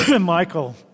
Michael